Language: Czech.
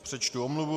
Přečtu omluvu.